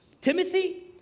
Timothy